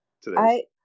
Today